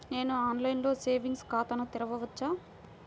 నేను ఆన్లైన్లో సేవింగ్స్ ఖాతాను తెరవవచ్చా?